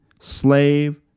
slave